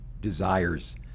desires